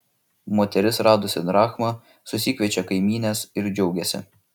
moteris radusi drachmą susikviečia kaimynes ir džiaugiasi